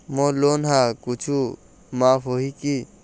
मोर loan हा कुछू माफ होही की?